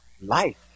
life